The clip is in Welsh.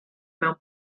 mewn